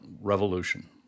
revolution